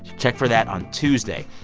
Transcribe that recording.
check for that on tuesday.